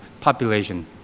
population